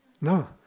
No